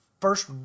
first